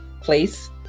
place